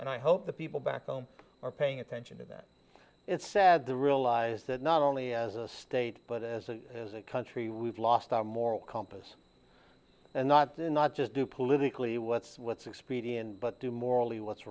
and i hope the people back home are paying attention and that is said to realize that not only as a state but as a as a country we've lost our moral compass and not to not just do politically what's what's expedient but to morally what's